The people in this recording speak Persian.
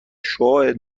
شعاع